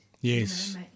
yes